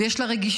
ויש לה רגישות,